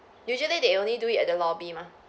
usually they only do it at the lobby mah